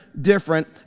different